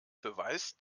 beweist